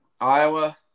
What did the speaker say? Iowa